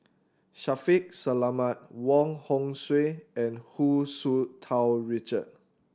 Shaffiq Selamat Wong Hong Suen and Hu Tsu Tau Richard